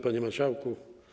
Panie Marszałku!